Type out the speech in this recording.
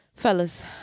fellas